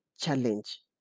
challenge